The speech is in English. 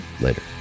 Later